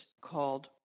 called